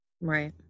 Right